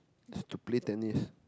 it's to play tennis